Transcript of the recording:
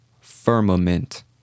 Firmament